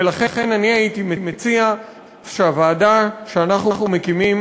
ולכן הייתי מציע שהוועדה שאנחנו מקימים